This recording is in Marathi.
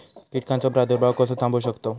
कीटकांचो प्रादुर्भाव कसो थांबवू शकतव?